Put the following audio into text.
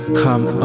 come